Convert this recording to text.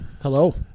Hello